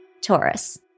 Taurus